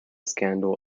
scandal